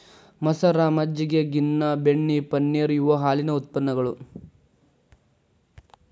ಮಸರ, ಮಜ್ಜಗಿ, ಗಿನ್ನಾ, ಬೆಣ್ಣಿ, ಪನ್ನೇರ ಇವ ಹಾಲಿನ ಉತ್ಪನ್ನಗಳು